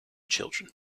children